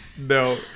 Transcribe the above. No